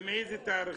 ומאיזה תאריכים.